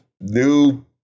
new